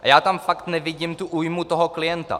A já tam fakt nevidím újmu toho klienta.